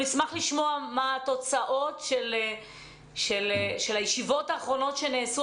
ואנחנו נשמח לשמוע מה התוצאות של הישיבות האחרונות האלה.